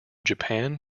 japan